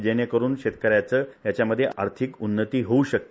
जेणेकरून शेतकऱ्याचं त्याच्यामध्ये आर्थिक उन्नती होऊ शकते